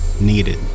needed